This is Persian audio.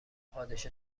پادشاه